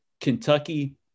Kentucky